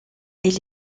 elle